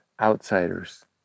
outsiders